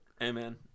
Amen